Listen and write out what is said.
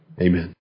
Amen